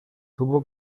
tuvo